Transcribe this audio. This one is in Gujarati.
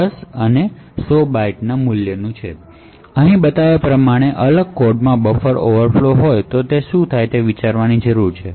તમારે અહીં બતાવ્યા પ્રમાણે આઈસોલેશન કોડ માં બફર ઓવરફ્લો હોય તો શું થાય છે તે વિશે વિચારવાની જરૂર છે